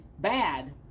bad